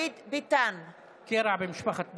הדוח כולל בתוכו ניטור ארוך טווח של המערכות היבשתיות,